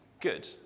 good